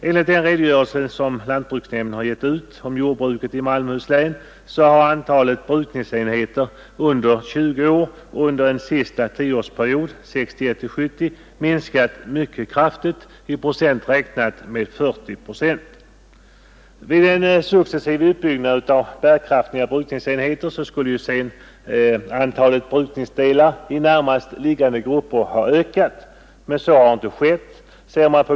Enligt en redogörelse som lantbruksnämnden givit ut om jordbrukets utveckling i Malmöhus län framgår att antalet brukningsenheter under 20 hektar under den sista tioårsperioden 1961—1970 minskat mycket kraftigt eller med något över 40 procent. Vid en successiv uppbyggnad av bärkraftiga brukningsenheter borde ju sedan antalet brukningsdelar i närmast liggande grupper ha ökat. Men så har inte skett.